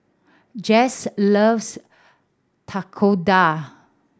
Jase loves Tekkadon